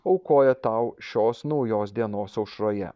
aukoja tau šios naujos dienos aušroje